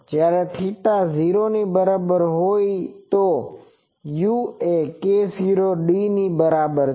જ્યારે થેટા 0 ની બરાબર હોઈ તો u એ k0dની બરાબર છે